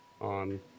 on